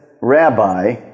Rabbi